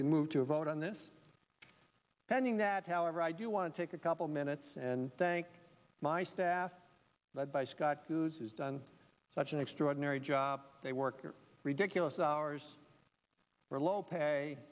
can move to a vote on this pending that however i do want to take a couple minutes and thank my staff by scott who's done such an extraordinary job they work are ridiculous hours for low pay